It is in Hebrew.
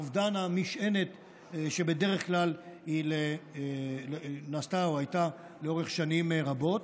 אובדן המשענת שבדרך כלל היא נעשתה או הייתה לאורך שנים רבות.